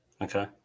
okay